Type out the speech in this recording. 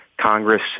Congress